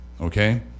okay